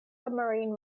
submarine